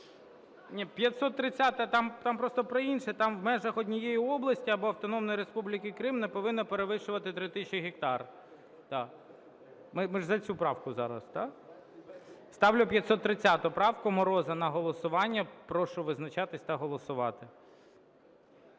Ні, 530-а, там трошки про інше, там в "межах однієї області або Автономної Республіки Крим не повинно перевищувати 3 тисячі гектарів". Так. Ми ж за цю правку зараз, так? Ставлю 530 правку Мороза на голосування. Прошу визначатися та голосувати.